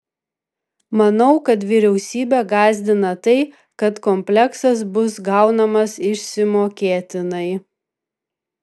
manau kad vyriausybę gąsdina tai kad kompleksas bus gaunamas išsimokėtinai